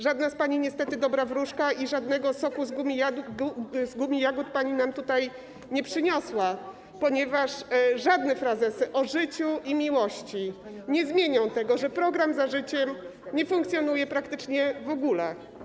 Żadna z pani niestety dobra wróżka i żadnego soku z gumijagód pani nam tutaj nie przyniosła, ponieważ żadne frazesy o życiu i miłości nie zmienią tego, że program „Za życiem” nie funkcjonuje praktycznie w ogóle.